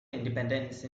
independence